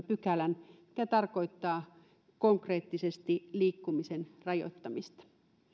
pykälän mikä tarkoittaa konkreettisesti liikkumisen rajoittamista